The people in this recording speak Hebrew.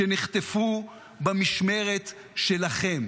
שנחטפו במשמרת שלכם.